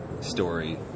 story